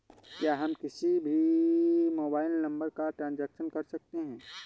क्या हम किसी भी मोबाइल नंबर का ट्रांजेक्शन कर सकते हैं?